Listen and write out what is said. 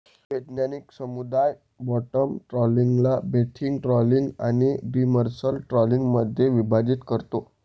वैज्ञानिक समुदाय बॉटम ट्रॉलिंगला बेंथिक ट्रॉलिंग आणि डिमर्सल ट्रॉलिंगमध्ये विभाजित करतो